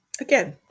again